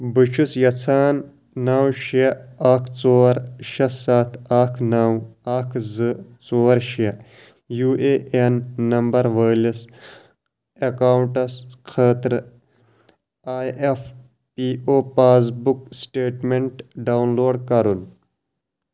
بہٕ چھُس یژھان نَو شےٚ اَکھ ژور شےٚ سَتھ اَکھ نَو اَکھ زٕ ژور شےٚ یوٗ اے اٮ۪ن نمبر وٲلِس اٮ۪کاوُنٛٹس خٲطرٕ I F P O passbook statement download کرُن